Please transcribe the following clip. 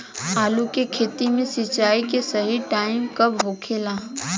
आलू के खेती मे सिंचाई के सही टाइम कब होखे ला?